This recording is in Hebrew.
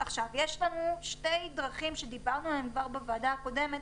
יש לנו שתי דרכים עליהן כבר דיברנו בוועדה הקודמת